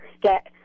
get